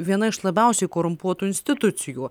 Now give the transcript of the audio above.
viena iš labiausiai korumpuotų institucijų